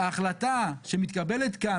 ההחלטה שמתקבלת כאן,